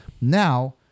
Now